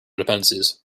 dependencies